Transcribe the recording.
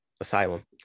asylum